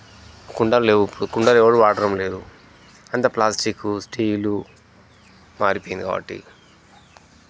కుండలు లేవు ఇప్పుడు కుండలు ఎవరు వాడడం లేరు అంతా ప్లాస్టిక్ స్టీలు మారిపోయింది కాబట్టి